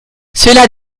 cela